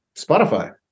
Spotify